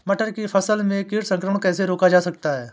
मटर की फसल में कीट संक्रमण कैसे रोका जा सकता है?